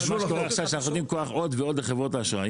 מה שקורה עכשיו זה שאנחנו נותנים כוח עוד ועוד לחברות האשראי